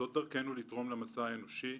זאת דרכנו לתרום למסע האנושי,